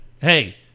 Hey